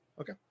Okay